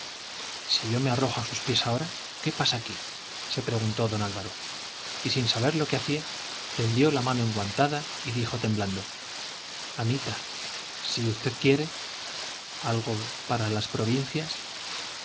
si yo me arrojo a sus pies ahora qué pasa aquí se preguntó don álvaro y sin saber lo que hacía tendió la mano enguantada y dijo temblando anita si usted quiere algo para las provincias